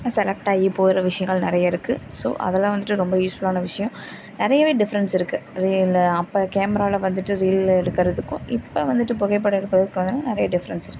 select ஆகி போகிற விஷயங்கள் நிறைய இருக்குது ஸோ அதெல்லாம் வந்துட்டு ரொம்ப யூஸ் ஃபுல்லான விஷயம் நிறையவே டிஃபரெண்ட்ஸ் இருக்குது ரீலு அப்போ கேமராவில வந்துட்டு ரீல் எடுக்கிறதுக்கும் இப்போ வந்துட்டு புகைப்படம் எடுப்பதற்கும் வந்து நிறைய டிஃபரெண்ட்ஸ் இருக்குது